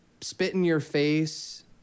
spit-in-your-face